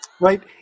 Right